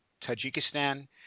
Tajikistan